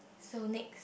so next